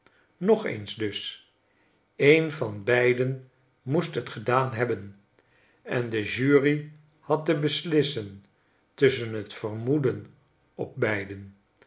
nogeens dus een van beiden moest het gedaan hebben en de jury had te beslissen tusschen het vermoeden op beiden